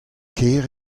ker